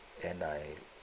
then I